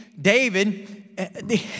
David